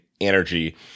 energy